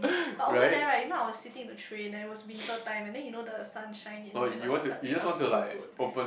but over there right you know I was sitting in the train and it was winter time and then you know the sun shine you know my god it felt it felt so good